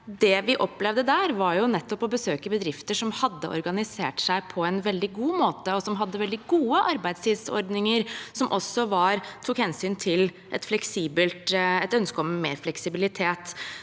nettopp å besøke bedrifter som hadde organisert seg på en veldig god måte, og som hadde veldig gode arbeidstidsordninger som også tok hensyn til et ønske om mer fleksibilitet.